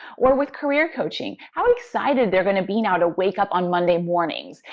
or with career coaching, how excited they're going to be now to wake up on monday mornings,